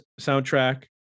soundtrack